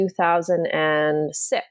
2006